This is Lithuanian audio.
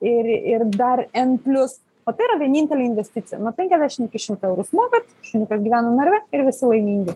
ir ir dar n plius o tai yra vienintelė investicija nuo penkiasdešim iki šimto eurų sumokat šuniukas gyvena narve ir visi laimingi